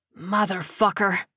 Motherfucker